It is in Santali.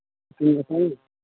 ᱤᱥᱤᱱ ᱵᱟᱥᱟᱝᱟ